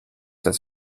das